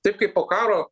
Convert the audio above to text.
taip kaip po karo